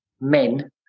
men